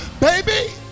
Baby